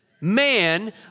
Man